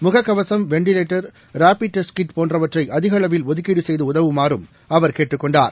முகக்கவசும் ventilator rapid test kit போன்றவற்றைஅதிகளவில் ஒதுக்கீடுசெய்துஉதவுமாறும் அவர் கேட்டுக் கொண்டார்